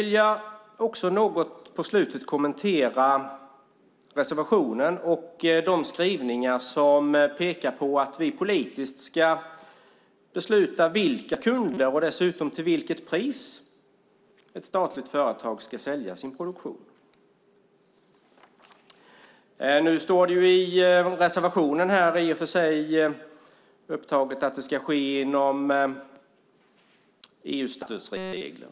Låt mig även kommentera reservationen och de skrivningar som pekar på att vi politiskt ska besluta om till vilka kunder, och dessutom till vilket pris, ett statligt företag ska sälja sin produktion. I reservationen står i och för sig att det ska ske inom EU:s statsstödsregler.